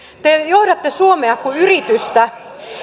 te johdatte suomea kuin yritystä